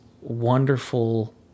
wonderful